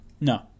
No